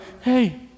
hey